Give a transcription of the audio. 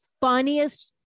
funniest